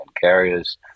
carriers